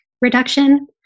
reduction